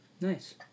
Nice